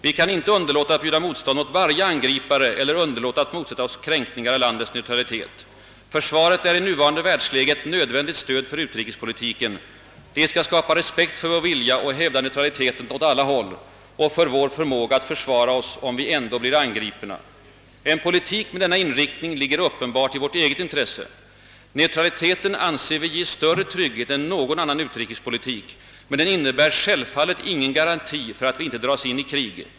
Vi kan inte underlåta att bjuda motstånd åt varje angripare eller underlåta att motsätta oss kränkningar av landets neutralitet. Försvaret är i nuvarande världsläge ett nödvändigt stöd för utrikespolitiken. Det skall skapa respekt för vår vilja att hävda neutraliteten åt alla håll och vår förmåga att försvara oss, om vi ändå blir angripna.» ——— »En politik med denna inriktning ligger uppenbart i vårt eget intresse. Neutraliteten anser vi ge större trygghet än någon annan utrikespolitik, men den innebär självfallet ingen garanti för att vi inte dras in i krig.